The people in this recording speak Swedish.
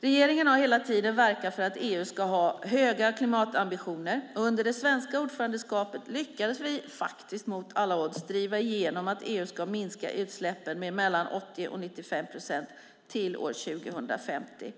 Regeringen har hela tiden verkat för att EU ska ha höga klimatambitioner, och under det svenska ordförandeskapet lyckades vi faktiskt mot alla odds driva igenom att EU ska minska utsläppen med mellan 80 och 95 procent till år 2050.